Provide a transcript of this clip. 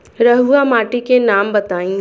रहुआ माटी के नाम बताई?